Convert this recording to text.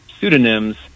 pseudonyms